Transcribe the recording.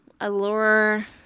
allure